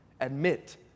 Admit